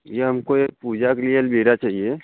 भैया हमको एक पूजा के लिए अल्मीरा चाहिए